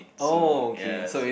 so ya so